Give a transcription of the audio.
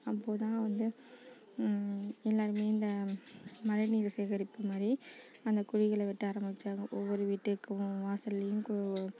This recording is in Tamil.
அப்போது தான் வந்து எல்லோருமே இந்த மழைநீர் சேகரிப்பு மாதிரி அந்த குழிகளை வெட்ட ஆரம்பித்தாங்க ஒவ்வொரு வீட்டுக்கும் வாசல்லேயும்